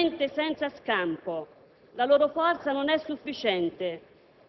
sono veramente senza scampo, la loro forza non è sufficiente.